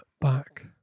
back